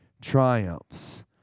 triumphs